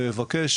ואני מבקש